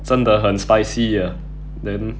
真的很 spicy ah then